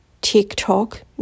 TikTok